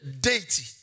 deity